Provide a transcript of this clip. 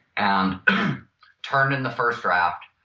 and turn in the first draft.